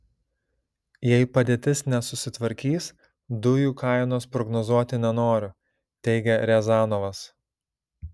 jei padėtis nesusitvarkys dujų kainos prognozuoti nenoriu teigia riazanovas